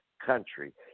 country